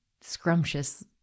scrumptious